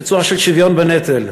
בצורה של שוויון בנטל.